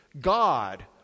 God